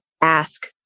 ask